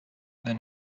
then